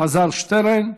אלעזר שטרן,